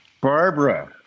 Barbara